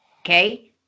Okay